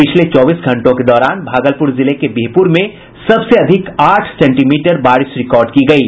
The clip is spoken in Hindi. पिछले चौबीस घंटों के दौरान भागलपुर जिले के बिहपुर में सबसे अधिक आठ सेंटीमीटर बारिश रिकार्ड की गयी